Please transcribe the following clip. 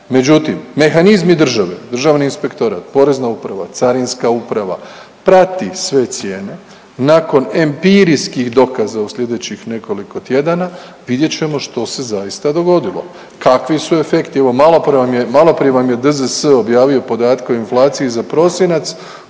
Međutim, mehanizmi države Državni inspektorat, Porezna uprava, Carinska uprava prati sve cijene. Nakon empirijskih dokaza u slijedećih nekoliko tjedana vidjet ćemo što se zaista dogodilo, kakvi su efekti. Evo, maloprije vam je DZS objavio podatke o inflaciji za prosinac